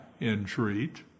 entreat